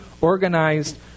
organized